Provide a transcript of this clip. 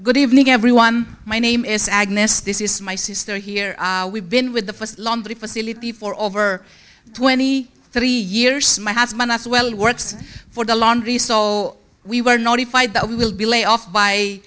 good evening everyone my name is agnes this is my sister here we've been with the laundry facility for over twenty three years my husband as well works for the laundry so we were notified that we will be laid off by